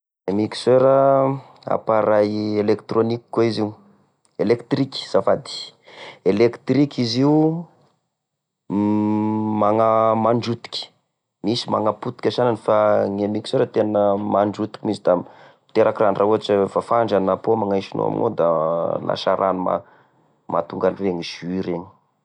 E mixeur appareil electronique koa izy io, elektrika zafady, elektrika izy io mana- mandrotiky! Misy magnapotiky e sagnany fa gne mixeur tegna mandrotiky mihinsy da miteraky rano, raha ohatra hoe: vafandra na pôma gnaisignao amignao da lasa rano mahatonga anregny jus regny.